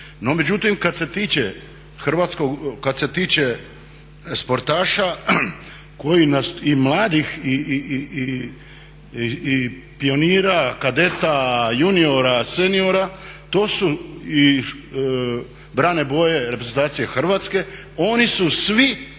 međutim kada se tiče sportaša koji i mladih i pionira, kadeta, juniora, seniora, to su, i brane boje reprezentacije Hrvatske oni su svi